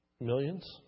Millions